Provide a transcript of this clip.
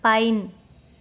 pine